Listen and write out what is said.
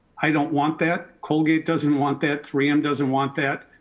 i don't want that, colgate doesn't want that, three m doesn't want that.